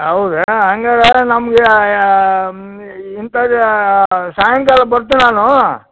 ಹೌದಾ ಹಂಗಾರೆ ನಮಗೆ ಇಂತದ್ದೆ ಸಾಯಂಕಾಲ ಬರ್ತೀನಿ ನಾನು